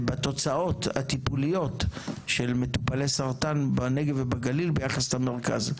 בתוצאות הטיפוליות של מטופלי סרטן בנגב ובגליל ביחס למרכז,